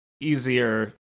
easier